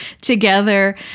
together